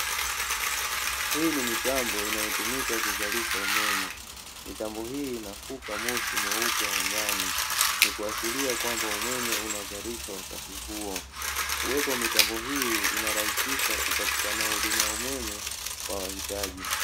Hii ni mitambo inayotumika kuzalisha umeme, mitambo hii inafuka moshi mweupe angani ni kuashiria kwamba umeme unazalishwa wakati huo. Uwepo wa mitambo hii inarahisisha kupatikana huduma ya umeme kwa wahitaji.